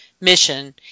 mission